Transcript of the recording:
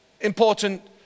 important